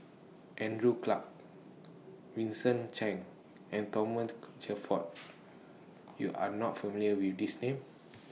Andrew Clarke Vincent Cheng and Shelford YOU Are not familiar with These Names